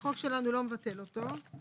החוק שלנו לא מבטל אותו.